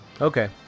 Okay